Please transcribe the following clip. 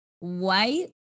White